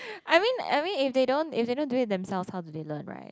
I mean I mean if they don't do it themselves how do they learn right